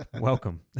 Welcome